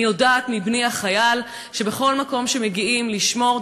אני יודעת מבני החייל שבכל מקום שמגיעים לשמור,